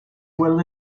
well